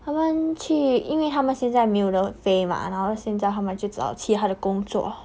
他们去因为他们现在没有的飞吗然后现在他们去找其他的工作